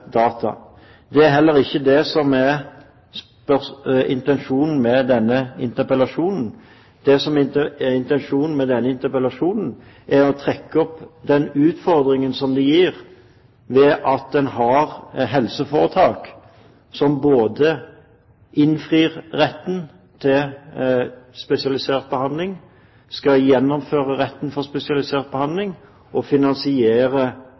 Det er heller ikke det som er intensjonen med denne interpellasjonen. Det som er intensjonen med denne interpellasjonen, er å trekke opp den utfordringen som det gir ved at en har helseforetak som både innfrir retten til spesialisert behandling, skal gjennomføre retten til spesialisert behandling og finansiere